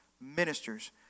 ministers